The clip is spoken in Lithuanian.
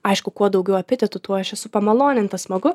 aišku kuo daugiau epitetų tuo aš esu pamaloninta smagu